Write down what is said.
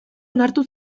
onartu